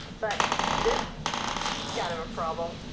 but this kind of a problem.